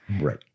Right